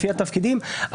לפי התפקידים,